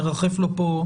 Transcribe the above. מרחף לו פה.